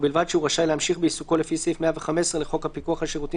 ובלבד שהוא רשאי להמשיך בעיסוקו לפי סעיף 115 לחוק הפיקוח על שירותים